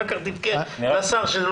אחר כך תבכה לשר.